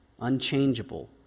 unchangeable